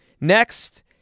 Next